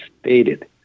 stated